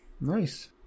Nice